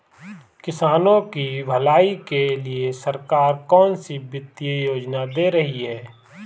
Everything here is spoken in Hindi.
किसानों की भलाई के लिए सरकार कौनसी वित्तीय योजना दे रही है?